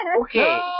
Okay